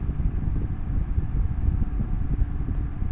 অনলাইনে নতুন একাউন্ট খোলা য়ায় কি?